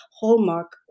hallmark